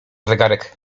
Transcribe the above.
zegarek